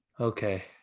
Okay